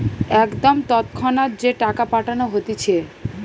একদম তৎক্ষণাৎ যে টাকা পাঠানো হতিছে